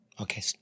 okay